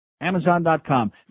Amazon.com